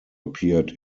appeared